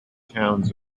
towns